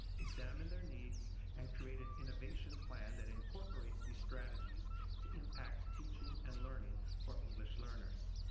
examine their needs and create an innovation plan that incorporates these strategies to impact teaching and learning for english learners.